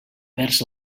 vers